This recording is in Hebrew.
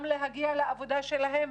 גם להגיע לעבודתם,